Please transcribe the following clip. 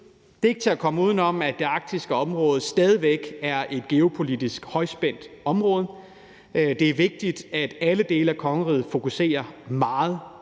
at det ikke er til at komme uden om, at det arktiske område stadig væk er et geopolitisk højspændt område. Det er vigtigt, at alle dele af kongeriget fokuserer meget